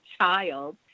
child